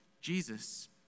Jesus